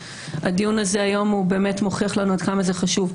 הדיון הזה היום באמת מוכיח לנו עד כמה זה חשוב.